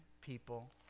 people